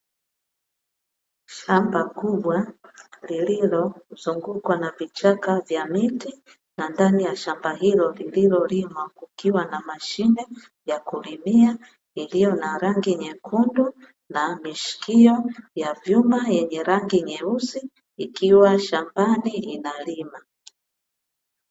Shamba kubwa, lililozungukwa na vichaka vya miti, na ndani ya shamba hilo lililolimwa kukiwa na mashine ya kulimia iliyo na rangi ya nyekundu na vishikio vya chuma vyenye rangi nyeusi vikiwa shambani vinalima.